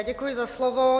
Děkuji za slovo.